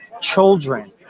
children